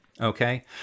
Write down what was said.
Okay